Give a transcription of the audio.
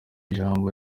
jambo